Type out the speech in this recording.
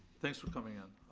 thanks for coming in.